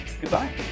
Goodbye